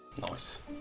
nice